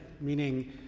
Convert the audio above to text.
meaning